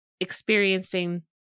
experiencing